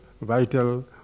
vital